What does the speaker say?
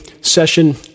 session